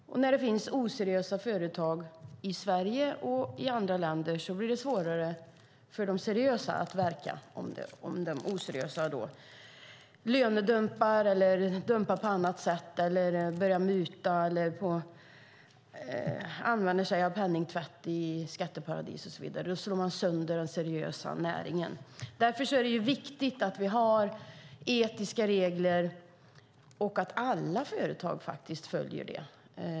När det finns oseriösa företag i Sverige och i andra länder blir det svårare för de seriösa att verka. Om de oseriösa företagen lönedumpar eller dumpar på andra sätt, använder sig av mutor eller använder sig av penningtvätt i skatteparadis och så vidare slår de sönder den seriösa näringen. Därför är det viktigt att vi har etiska regler och att alla företag följer dem.